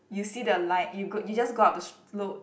you see the light you go you just go up the slope